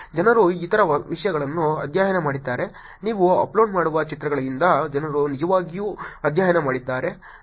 ಜನರು ಇತರ ವಿಷಯಗಳನ್ನು ಅಧ್ಯಯನ ಮಾಡಿದ್ದಾರೆ ನೀವು ಅಪ್ಲೋಡ್ ಮಾಡುವ ಚಿತ್ರಗಳಿಂದ ಜನರು ನಿಜವಾಗಿಯೂ ಅಧ್ಯಯನ ಮಾಡಿದ್ದಾರೆ ನಾನು ನಿಮ್ಮ ಮನೆಯ ಸ್ಥಳವನ್ನು ಕಂಡುಹಿಡಿಯಬಹುದೇ